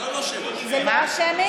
זאת לא השמית.